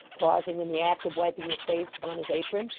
pausing in the act of wiping his face upon his apron.